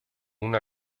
una